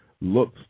looks